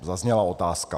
zazněla otázka.